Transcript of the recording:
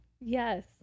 Yes